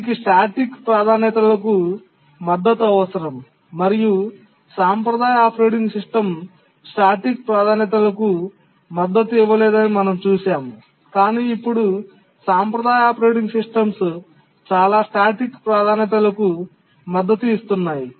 దీనికి స్టాటిక్ ప్రాధాన్యతలకు మద్దతు అవసరం మరియు సాంప్రదాయ ఆపరేటింగ్ సిస్టమ్ స్టాటిక్ ప్రాధాన్యతలకు మద్దతు ఇవ్వలేదని మేము చూశాము కానీ ఇప్పుడు సాంప్రదాయ ఆపరేటింగ్ సిస్టమ్స్ చాలా స్టాటిక్ ప్రాధాన్యతలకు మద్దతు ఇస్తున్నాయి